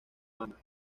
habana